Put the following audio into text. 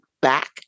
back